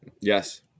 Yes